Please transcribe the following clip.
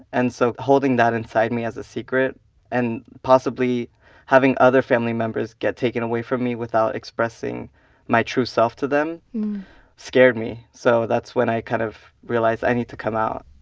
and so, holding that inside me as a secret and possibly having other family members get taken away from me without expressing my true self to them scared me. so that's when i kind of realized i need to come out.